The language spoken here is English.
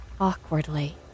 awkwardly